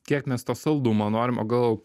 kiek mes to saldumo norim o gal